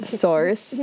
source